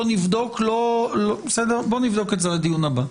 נבדוק את זה לדיון הבא.